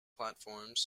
platforms